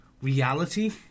Reality